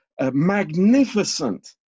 magnificent